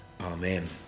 Amen